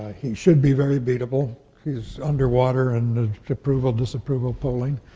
he should be very beatable. he's underwater in the approval disapproval polling,